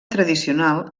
tradicional